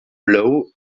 blow